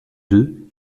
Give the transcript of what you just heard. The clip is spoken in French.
deux